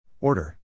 Order